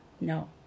no